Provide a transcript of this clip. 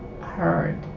heard